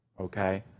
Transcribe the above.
Okay